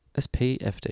SPFD